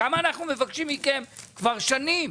כמה אנחנו מבקשים מכם כבר שנים,